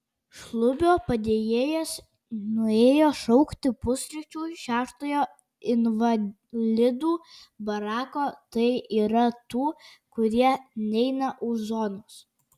šlubio padėjėjas nuėjo šaukti pusryčių šeštojo invalidų barako tai yra tų kurie neina už zonos